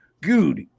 Good